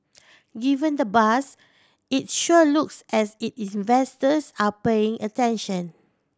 given the buzz it sure looks as E investors are paying attention